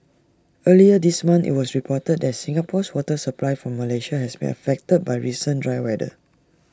earlier this month IT was reported that Singapore's water supply from Malaysia has been affected by recent dry weather